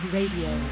Radio